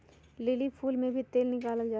lily फूल से तेल भी निकाला जाहई